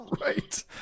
right